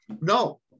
No